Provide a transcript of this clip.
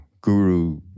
guru